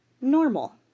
Normal